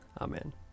Amen